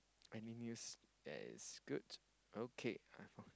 any news that is good okay